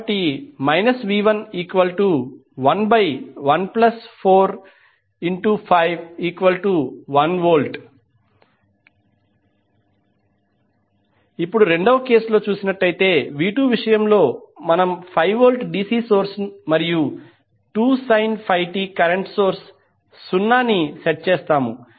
కాబట్టి v111451V ఇప్పుడు రెండవ కేసు v2 విషయంలో మనం 5 వోల్ట్ డిసి సోర్స్ మరియు 2sin 5t కరెంట్ సోర్స్ 0 ని సెట్ చేస్తాము